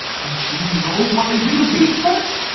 don't you know what they do to pizzas?